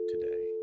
today